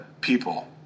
people